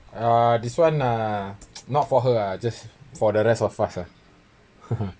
uh this one nah not for her uh just for the rest of us ah